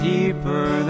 Deeper